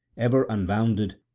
ever unwounded,